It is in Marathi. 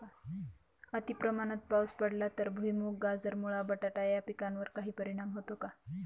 अतिप्रमाणात पाऊस पडला तर भुईमूग, गाजर, मुळा, बटाटा या पिकांवर काही परिणाम होतो का?